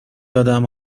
آدم